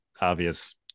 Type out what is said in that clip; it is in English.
obvious